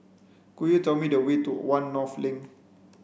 could you tell me the way to One North Link